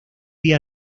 día